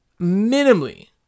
minimally